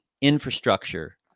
infrastructure